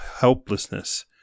helplessness